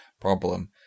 problem